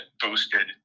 boosted